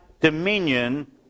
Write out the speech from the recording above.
dominion